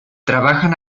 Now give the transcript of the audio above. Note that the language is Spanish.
trabajan